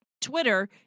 Twitter